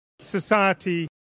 society